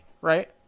right